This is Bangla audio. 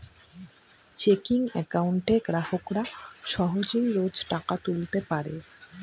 চেকিং একাউন্টে গ্রাহকরা সহজে রোজ টাকা তুলতে পারে